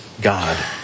God